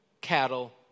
cattle